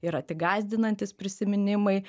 yra tik gąsdinantys prisiminimai